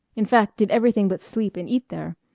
in fact did everything but sleep and eat there.